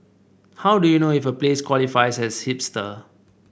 how do you know if a place qualifies as hipster